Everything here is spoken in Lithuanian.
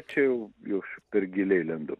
čia jau jau aš per giliai lendu